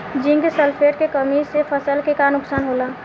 Zinc sulphate के कमी से फसल के का नुकसान होला?